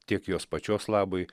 tiek jos pačios labui